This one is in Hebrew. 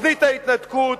תוכנית ההתנתקות,